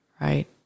right